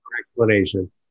Explanation